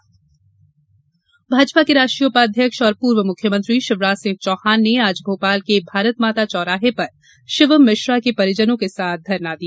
शिवराज धरना भाजपा के राष्ट्रीय उपाध्यक्ष और पूर्व मुख्यमंत्री शिवराज सिंह चौहान ने आज भोपाल के भारतमाता चौराहे पर शिवम मिश्रा के परिजनों के साथ धरना दिया